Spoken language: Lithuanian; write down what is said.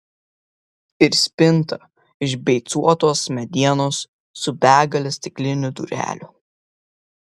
ir spinta iš beicuotos medienos su begale stiklinių durelių